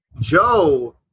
Joe